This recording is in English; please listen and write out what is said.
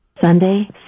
Sunday